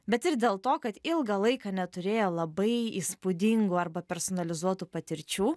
bet ir dėl to kad ilgą laiką neturėjo labai įspūdingų arba personalizuotų patirčių